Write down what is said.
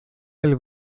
del